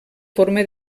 forma